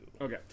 okay